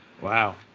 Wow